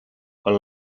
quan